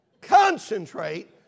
Concentrate